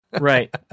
right